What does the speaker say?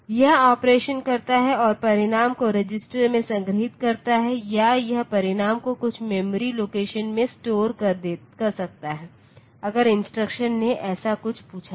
यह ऑपरेशन करता है और परिणाम को रजिस्टर में संग्रहीत करता है या यह परिणाम को कुछ मेमोरी लोकेशन में स्टोर कर सकता है अगर इंस्ट्रक्शन ने ऐसा कुछ पूछा है